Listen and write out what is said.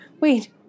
wait